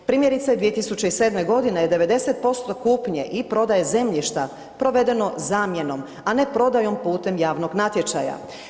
Primjerice, 2007.g. je 90% kupnje i prodaje zemljišta provedeno zamjenom, a ne prodajom putem javnog natječaja.